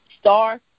Star